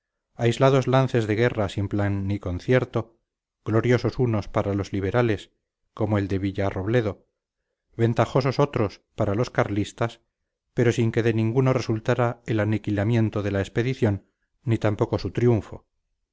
aislados lances de guerra sin plan ni concierto gloriosos unos para los liberales como el de villarrobledo ventajosos otros para los carlistas pero sin que de ninguno resultara el aniquilamiento de la expedición ni tampoco su triunfo